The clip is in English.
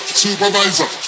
supervisor